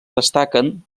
destaquen